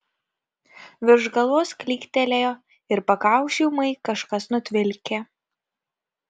virš galvos klyktelėjo ir pakaušį ūmai kažkas nutvilkė